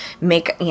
make